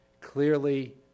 clearly